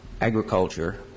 agriculture